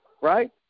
right